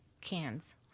cans